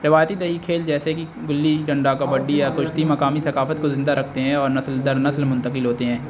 روایتی د یہی کھیل جیسے کہ گلی ڈنڈا کبڈی یا کشتی مقامی ثقافت کو زندہ رکھتے ہیں اور نسل در نسل منتقل ہوتے ہیں